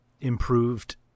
improved